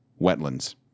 wetlands